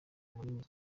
munini